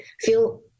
feel